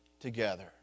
together